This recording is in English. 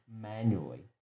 manually